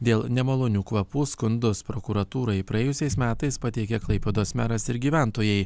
dėl nemalonių kvapų skundus prokuratūrai praėjusiais metais pateikė klaipėdos meras ir gyventojai